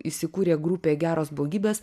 įsikūrė grupė geros blogybės